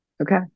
Okay